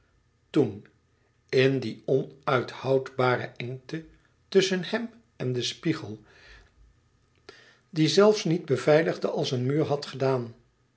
toen in die onuithoudbare engte tusschen hem en den spiegel die zelfs niet beveiligde als een muur had gedaan